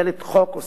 לפי המוצע.